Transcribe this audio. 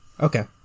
Okay